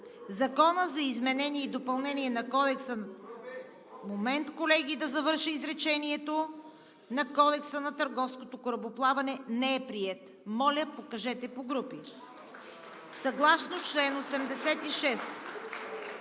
Законът за изменение и допълнение на Кодекса на търговското корабоплаване не е приет. Моля, покажете по групи. (Ръкопляскания